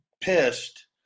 pissed